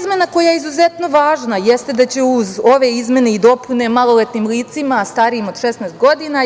izmena koja je izuzetno važna, jeste da će uz ove izmene i dopune maloletnim licima starijim od 16 godina